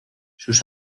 sus